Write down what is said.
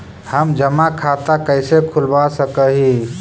हम जमा खाता कैसे खुलवा सक ही?